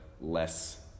less